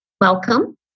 Welcome